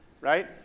right